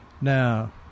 Now